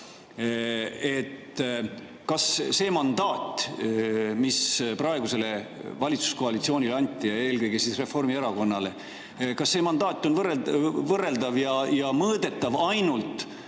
kas see mandaat, mis praegusele valitsuskoalitsioonile anti, eelkõige Reformierakonnale, on võrreldav ja mõõdetav ainult